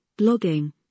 blogging